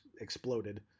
exploded